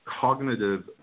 cognitive